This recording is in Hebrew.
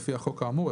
לפי החוק האמור,